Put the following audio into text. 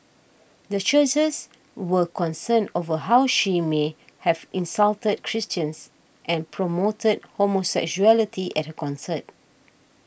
the churches were concerned over how she may have insulted Christians and promoted homosexuality at her concert